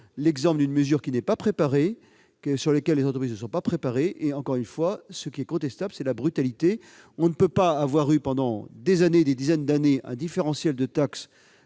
l'exemple type d'une mesure qui n'a pas été préparée et à laquelle les entreprises ne sont pas préparées. Encore une fois, ce qui est contestable, c'est sa brutalité. On ne peut pas, après avoir connu, durant des dizaines d'années, un différentiel de taxe,